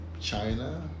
China